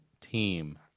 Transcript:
team